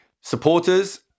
supporters